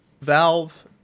Valve